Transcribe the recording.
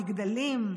מגדלים,